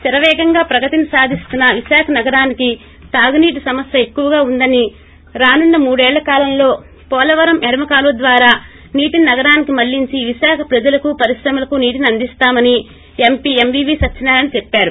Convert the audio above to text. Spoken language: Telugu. శరవేగంగా ప్రగతిని సాధిస్తున్న విశాఖ నగరానికి తాగునీటి సమస్య ఎక్కువగా ఉందని రానున్న మూదేళ్ళ కాలంలో పోలవరం ఎడమకాలువ ద్వారా గ్రావిటీ నీటిని నగరానికి ్మళ్పించి వీశాఖ ప్రజలకు పరిశ్రమలకు నీటిని అందిస్తామని ఎంపీ ఎంవీవీ సత్యనారాయణ చెప్పారు